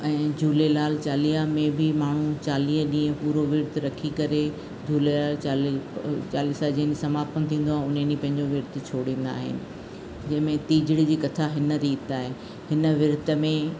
ऐं झूलेलाल चालीहा में बि माण्हू चालीह ॾींहुं पूरो विर्त रखी करे झूलेलाल चाली चालीहो जंहिं ॾींहुं समापनि थींदो आहे हुन ॾींहुं पंहिंजो विर्त छोड़ींदा आहिनि जंहिं में टीजिड़ीअ जी कथा हिन रीत आहे हिन विर्त में